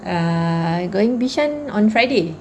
err going bishan on friday